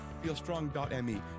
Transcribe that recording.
FeelStrong.me